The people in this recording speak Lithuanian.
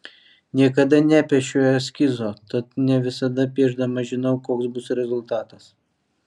niekada nepiešiu eskizo tad ne visada piešdama žinau koks bus rezultatas